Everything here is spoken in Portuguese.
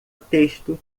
texto